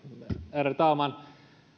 ärade talman